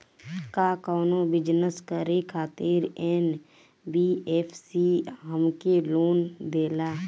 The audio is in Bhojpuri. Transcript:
का कौनो बिजनस करे खातिर एन.बी.एफ.सी हमके लोन देला?